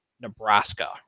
Nebraska